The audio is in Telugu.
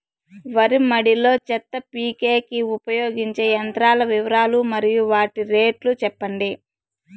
వరి మడి లో చెత్త పీకేకి ఉపయోగించే యంత్రాల వివరాలు మరియు వాటి రేట్లు చెప్పండి?